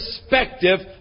perspective